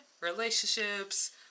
relationships